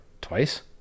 twice